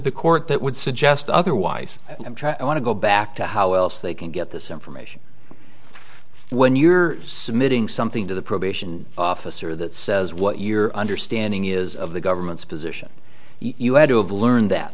the court that would suggest otherwise i want to go back to how else they can get this information when you're submitting something to the probation officer that says what your understanding is of the government's position you had to have learned that